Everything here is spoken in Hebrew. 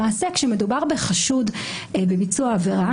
למעשה כאשר מדובר בחשוד בביצוע עבירה,